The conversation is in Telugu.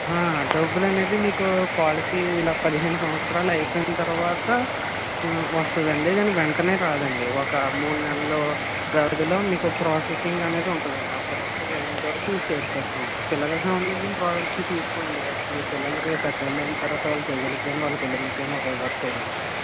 డబ్బులనేది మీకు పాలసీ ఇలా పదిహేను సంవత్సరాలు అయిపోయిన తరువాత వస్తుందండి కానీ వెంటనే రాదండీ ఒక మూడు నెలల వ్యవధిలో మీకు ప్రాసెసింగ్ అనేది ఉంటదండీ ఆ ప్రాసెసింగ్ అయ్యాక అయినా తర్వాత మీ చేతికిస్తాము పిల్లలకి సంబంధించిన పాలసీ తీసుకోండి మీ పిల్లలకి పెద్దోళ్లు అయినా తర్వాత మీ పిలల్లకి కాని వాళ్ళ పిల్లలకి కాని ఉపయోగపడుతాయి అండి